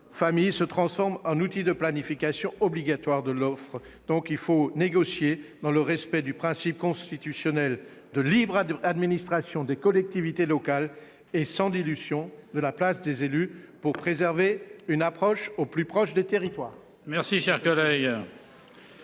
être transformé en outil de planification obligatoire de l'offre. Il faut laisser toute sa place à la négociation, dans le respect du principe constitutionnel de libre administration des collectivités locales et sans dilution de la place des élus, afin de préserver une approche au plus près des territoires.